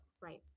right